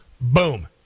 boom